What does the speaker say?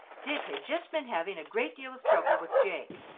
dick had just been having a great deal of trouble with jake,